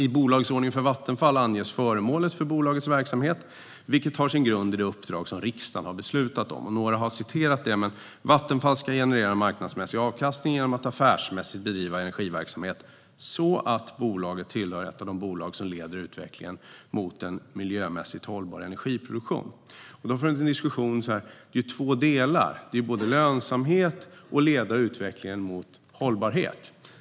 I bolagsordningen för Vattenfall anges föremålet för bolagets verksamhet, vilket har sin grund i det uppdrag som riksdagen har beslutat om. Som några har citerat ska Vattenfall generera en marknadsmässig avkastning genom att affärsmässigt bedriva energiverksamhet så att bolaget tillhör de bolag som leder utvecklingen mot en miljömässigt hållbar energiproduktion. Diskussionen har två delar: både lönsamhet och att leda utvecklingen mot hållbarhet.